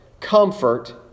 comfort